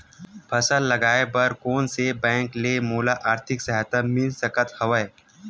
फसल लगाये बर कोन से बैंक ले मोला आर्थिक सहायता मिल सकत हवय?